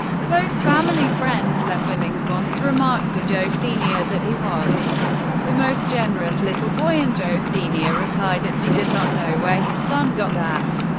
close family friend lem billings once remarked to joe sr. that he was the most generous little boy, and joe sr. replied that he did not know where his son got that.